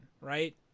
right